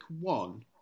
one